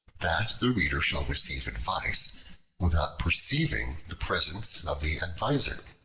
that the reader shall receive advice without perceiving the presence of the adviser.